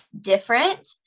different